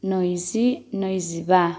नैजि नैजिबा